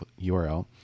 URL